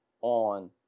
on